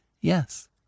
Yes